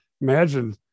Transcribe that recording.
imagine